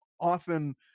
often